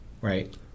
right